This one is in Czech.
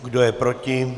Kdo je proti?